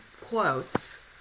quotes